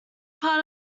part